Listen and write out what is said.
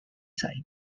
side